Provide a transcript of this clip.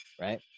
right